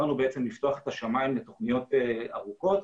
לנו לפתוח את השמיים לתוכניות ארוכות.